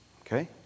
okay